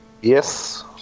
Yes